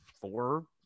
four